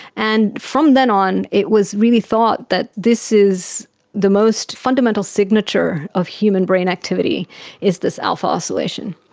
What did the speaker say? and from then on it was really thought that this is the most fundamental signature of human brain activity is this alpha oscillation.